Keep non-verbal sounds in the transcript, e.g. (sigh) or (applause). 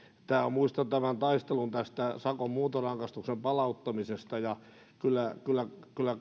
muistan tämän taistelun tästä sakon muuntorangaistuksen palauttamisesta ja kyllä kyllä (unintelligible)